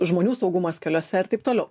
žmonių saugumas keliuose ir taip toliau